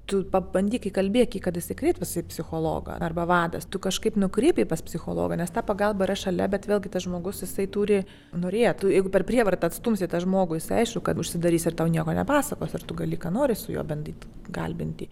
tu pabandyk įkalbėk jį kad jisai kreiptūsi į psichologą arba vadas tu kažkaip nukreipk jį pas psichologą nes ta pagalba yra šalia bet vėlgi tas žmogus jisai turi norėtų jeigu per prievartą atstumsite žmogų jisai aišku kad užsidarys ir tau nieko nepasakos ir tu gali ką nori su juo bandyt kalbinti